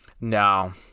No